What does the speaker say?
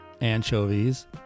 anchovies